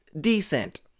decent